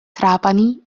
trapani